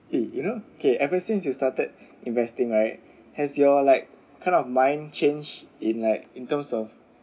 um you know okay ever since you started investing right has your like kind of mind change in like in terms of